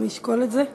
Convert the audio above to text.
נשקול את זה.